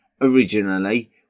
Originally